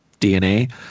DNA